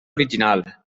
original